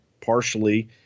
partially